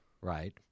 Right